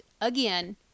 again